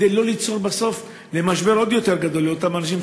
כדי לא ליצור בסוף משבר עוד יותר גדול לאותם אנשים